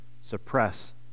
suppress